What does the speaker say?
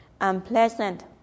unpleasant